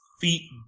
feet